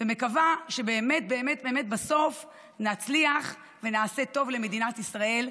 ומקווה שבאמת באמת בסוף נצליח ונעשה טוב למדינת ישראל.